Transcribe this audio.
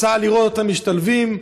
רוצה לראות אותם משתלבים,